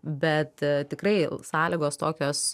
bet tikrai sąlygos tokios